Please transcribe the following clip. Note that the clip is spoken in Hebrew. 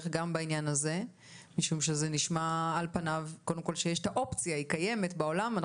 חשיבה משום שנשמע שהאופציה הזאת קיימת בעולם.